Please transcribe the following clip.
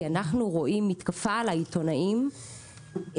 כי אנחנו רואים מתקפות על עיתונאים כבר